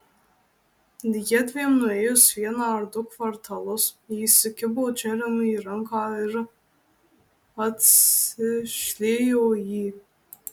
jiedviem nuėjus vieną ar du kvartalus ji įsikibo džeremiui į ranką ir atsišliejo į jį